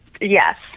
Yes